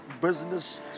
business